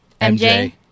MJ